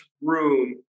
room